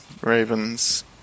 ravens